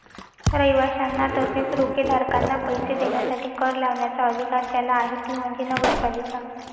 रहिवाशांना तसेच रोखेधारकांना पैसे देण्यासाठी कर लावण्याचा अधिकार ज्याला आहे ती म्हणजे नगरपालिका